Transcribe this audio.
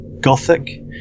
Gothic